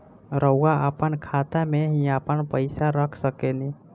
रउआ आपना खाता में ही आपन पईसा रख सकेनी